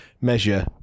measure